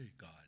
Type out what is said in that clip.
God